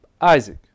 Isaac